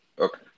Okay